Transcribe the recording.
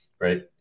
Right